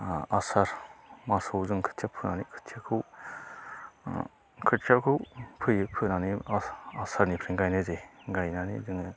आ आसार मासाव जों खोथिया फोनानै खोथियाखौ फोयो फोनानै आसार आसारनिफ्रायनो गायनाय जायो गायनानै जोङो